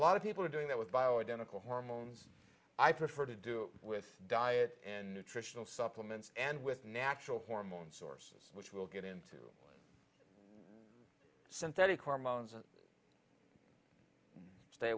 lot of people are doing that with bio identical hormones i prefer to do with diet and nutritional supplements and with natural hormone sources which will get into synthetic hormones and stay